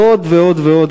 ועוד ועוד ועוד,